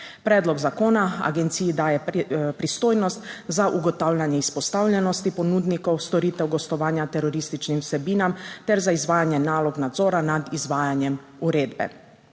Predlog zakona agenciji daje pristojnost za ugotavljanje izpostavljenosti ponudnikov storitev gostovanja terorističnim vsebinam ter za izvajanje nalog nadzora nad izvajanjem uredbe.